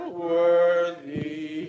worthy